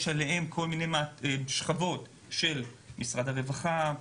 יש עליהם שכבות של משרד הרווחה,